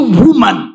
woman